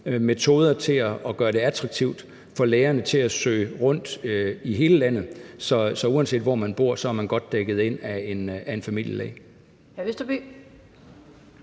metoder til at gøre det attraktivt for lægerne at søge rundt i hele landet, så man, uanset hvor man bor, er godt dækket ind af en familielæge.